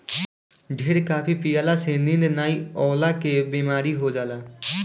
ढेर काफी पियला से नींद नाइ अवला के बेमारी हो जाला